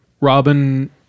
Robin